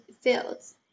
fields